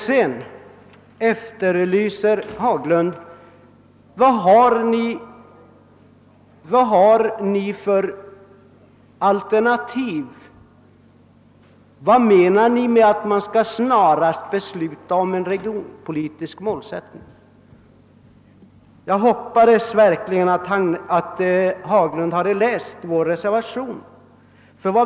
Herr Haglund frågar också vad vi har för alternativ och vad vi menar med att man snarast bör besluta om en regionpolitisk målsättning. Jag hoppades verkligen att herr Haglund hade läst vår reservation.